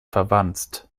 verwanzt